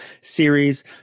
series